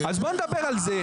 אז בוא נדבר על זה.